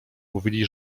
mówili